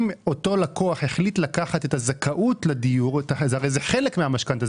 אם אותו לקוח החליט לקחת את הזכאות לדיור הרי זה חלק מן המשכנתה,